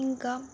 ఇంకా